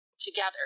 Together